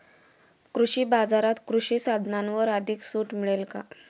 कृषी बाजारात कृषी साधनांवर अधिक सूट मिळेल का?